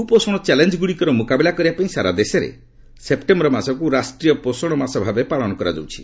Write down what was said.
କୁପୋଷଣ ଚ୍ୟାଲେଞ୍ଜଗୁଡ଼ିକର ମୁକାବିଲା କରିବାପାଇଁ ସାରା ଦେଶରେ ସେପ୍ଟେମ୍ବର ମାସକୁ ରାଷ୍ଟ୍ରୀୟ ପୋଷଣ ମାସ ଭାବେ ପାଳନ କରାଯାଉଛି